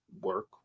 work